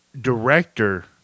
director